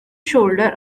shoulder